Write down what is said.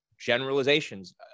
generalizations